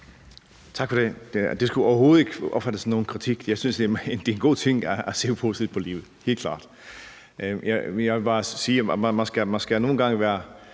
Tak for det. Det skulle overhovedet ikke opfattes som nogen kritik. Jeg synes, at det er en god ting at se positivt på livet, helt klart. Jeg vil bare sige, at nogle gange bliver